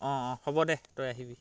অঁ অঁ হ'ব দে তই আহিবি অঁ